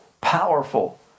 powerful